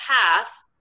path